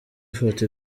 ifoto